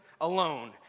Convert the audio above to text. alone